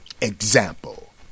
Example